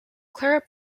clara